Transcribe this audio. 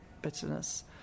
bitterness